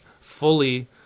fully